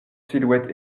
silhouette